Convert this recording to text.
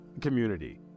community